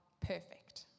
perfect